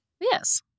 Yes